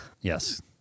yes